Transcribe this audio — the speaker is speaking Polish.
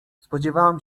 spodziewałem